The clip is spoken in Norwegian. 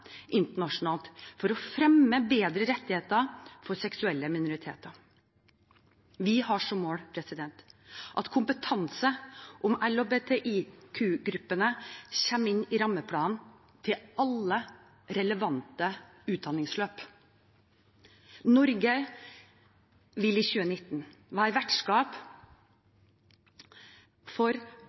internasjonalt for å fremme bedre rettigheter for seksuelle minoriteter. Vi har som mål at kompetanse om LHBTIQ-gruppene kommer inn i rammeplanen til alle relevante utdanningsløp. Norge vil i 2019 være vertskap for